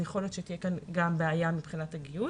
ולכן ייתכן שתהיה פה בעיה גם מבחינת הגיוס.